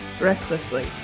recklessly